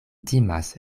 timas